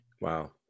wow